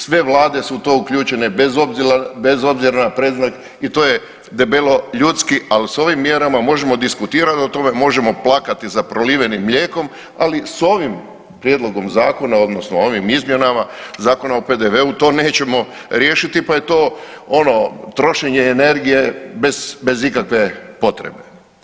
Sve vlade su u to uključene bez obzira na predznak i to je debelo ljudski, ali s ovim mjerama možemo diskutirati o tome, možemo plakati za prolivenim mlijekom, ali s ovim prijedlogom zakona odnosno ovim izmjenama Zakona o PDV-u to nećemo riješiti pa je to ono trošenje energije bez, bez ikakve potrebe.